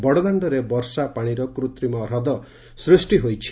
ବଡଦାଣରେ ବର୍ଷାପାଣିର କୃତିମ ହ୍ରଦ ସୃଷ୍ ହୋଇଛି